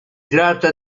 tratta